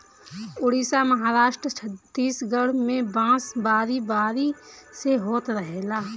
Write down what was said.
उड़ीसा, महाराष्ट्र, छतीसगढ़ में बांस बारी बारी से होत रहेला